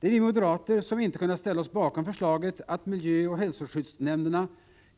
Det är vi moderater, som inte kunnat ställa oss bakom förslaget att miljöoch hälsoskyddsnämnderna